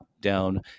down